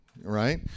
right